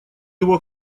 его